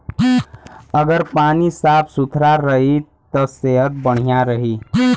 अगर पानी साफ सुथरा रही त सेहत बढ़िया रही